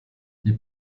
die